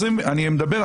אני מדבר,